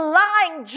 lying